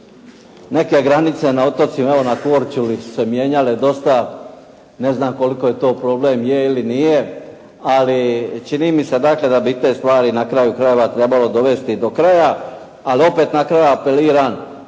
Neke granice na otocima. Evo na Korčuli su se mijenjale dosta. Ne znam koliko je to problem je ili nije, ali čini mi se dakle da bi te stvari na kraju krajeva trebalo dovesti do kraja. Ali opet na kraju apeliram